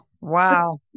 Wow